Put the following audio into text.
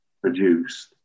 produced